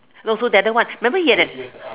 no so the other one remember he had an